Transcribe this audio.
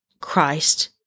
Christ